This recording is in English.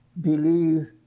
believe